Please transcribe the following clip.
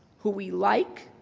who we like,